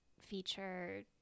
feature